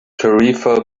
tarifa